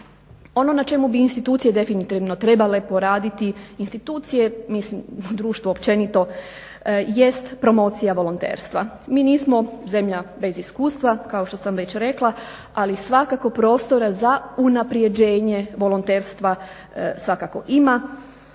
Ono na čemu bi institucije definitivno trebale poraditi. Institucije mislim društvo općenito jest promocija volonterstva. Mi nismo zemlja bez iskustva kao što sam već rekla, ali svakako prostora za unapređenje volonterstva svakako ima.